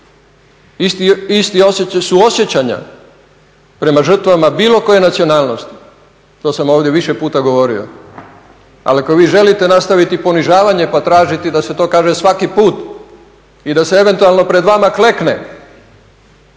suosjećanja prema žrtvama bilo koje nacionalnosti to sam ovdje više puta govorio. Ali ako vi želite nastaviti ponižavanje pa tražiti da se to kaže svaki put i da se eventualno pred vama klekne